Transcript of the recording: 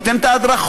נותן את ההדרכות,